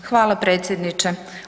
Hvala predsjedniče.